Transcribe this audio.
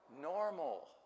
Normal